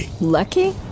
Lucky